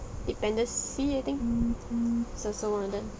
dependency I think is also one of